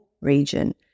region